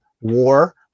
war